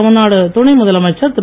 தமிழ்நாடு துணைமுதலமைச்சர் திரு